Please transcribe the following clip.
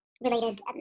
related